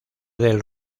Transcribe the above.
del